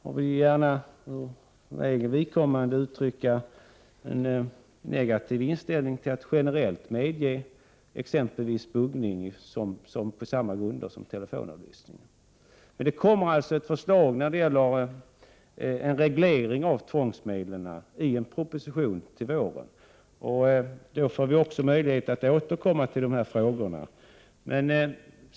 Jag vill gärna för eget vidkommande uttrycka en negativ inställning till att man generellt skall medge t.ex. buggning på samma grunder som telefonavlyssning. Det kommer under våren att läggas fram en proposition om reglering av tvångsmedel. Då får vi möjlighet att återkomma till dessa frågor.